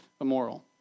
immoral